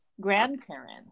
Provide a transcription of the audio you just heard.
grandparents